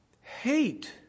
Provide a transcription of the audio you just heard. hate